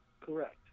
correct